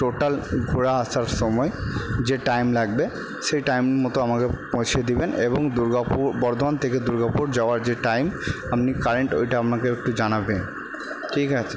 total ঘোরা আসার সময় যে টাইম লাগবে সেই টাইম মতো আমাকে পৌঁছে দিবেন এবং দুর্গাপুর বর্ধমান থেকে দুর্গাপুর যাওয়ার যে টাইম আপনি কারেন্ট ওইটা আমাকে একটু জানাবেন ঠিক আছে